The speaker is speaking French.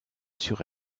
sur